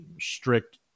strict